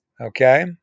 okay